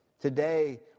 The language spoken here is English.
Today